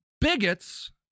bigots